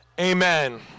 Amen